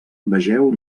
vegeu